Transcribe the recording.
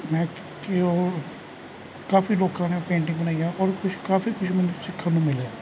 ਮੈਂ ਕਿ ਉਹ ਕਾਫੀ ਲੋਕਾਂ ਨੇ ਪੇਂਟਿੰਗ ਬਣਾਈ ਆ ਔਰ ਕੁਛ ਕਾਫੀ ਕੁਛ ਮੈਨੂੰ ਸਿੱਖਣ ਨੂੰ ਮਿਲਿਆ